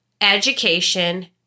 education